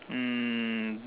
um